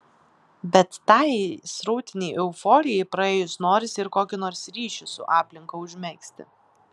bet tajai srautinei euforijai praėjus norisi ir kokį nors ryšį su aplinka užmegzti